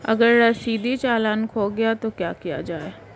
अगर रसीदी चालान खो गया तो क्या किया जाए?